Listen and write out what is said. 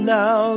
now